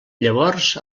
llavors